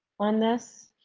on this,